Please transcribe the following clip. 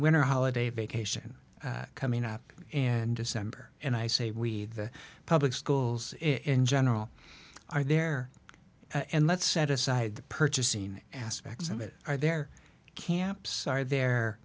winter holiday vacation coming up and december and i say we the public schools in general are there and let's set aside the purchasing aspects of it are there camps are